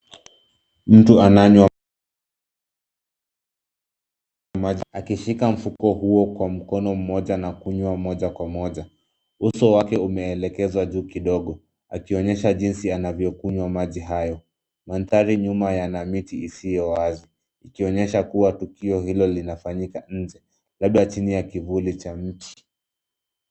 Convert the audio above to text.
Mtu ananywa maji akishika mfuko huo kwa mkono mmoja na kunywa moja kwa moja. Uso wake umeelekezwa juu kidogo akionyesha jinsi anavyokunywa maji hayo. Mandhari nyuma yana miti isiyo wazi ukionyesha kuwa tukio hilo linafanyika nje labda chini ya kivuli cha mti.